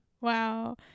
wow